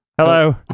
Hello